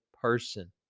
person